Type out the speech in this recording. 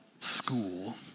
School